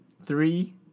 Three